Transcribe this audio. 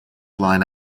line